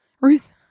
Ruth